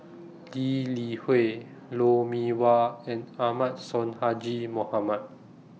Lee Li Hui Lou Mee Wah and Ahmad Sonhadji Mohamad